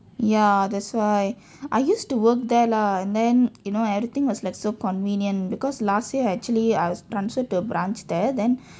ya that's why I used to work there lah and then you know everything was like so convenient because last year actually I was transferred to a branch there then